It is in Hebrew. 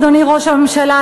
אדוני ראש הממשלה,